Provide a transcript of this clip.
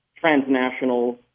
transnational